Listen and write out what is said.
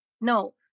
No